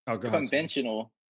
conventional